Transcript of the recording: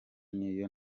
n’iyo